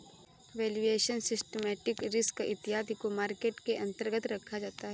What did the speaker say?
valuation, systematic risk इत्यादि को market के अंतर्गत रखा जाता है